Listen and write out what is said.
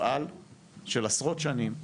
מפעל של עשרות שנים,